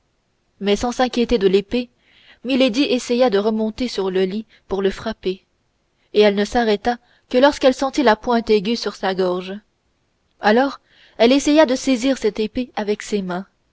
mais sans s'inquiéter de l'épée milady essaya de remonter sur le lit pour le frapper et elle ne s'arrêta que lorsqu'elle sentit la pointe aiguë sur sa gorge alors elle essaya de saisir cette épée avec les mains